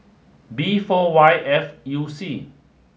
B four Y F U C